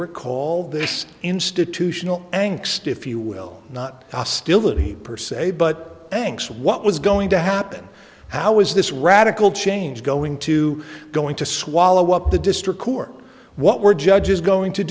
recall this institutional angsty if you will not hostility per se but thanks what was going to happen how is this radical change going to going to swallow up the district court what were judges going to